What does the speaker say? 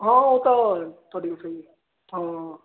ਹਾਂ ਉਹ ਤਾਂ ਤੁਹਾਡੀ ਉੱਥੇ ਹੀ ਹਾਂ